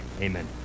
Amen